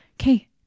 okay